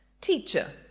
Teacher